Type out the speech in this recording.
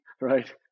right